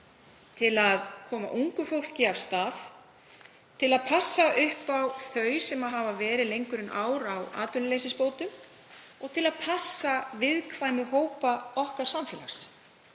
starfa, koma ungu fólki af stað, til að passa upp á þau sem hafa verið lengur en ár á atvinnuleysisbótum og til að passa viðkvæma hópa okkar samfélags.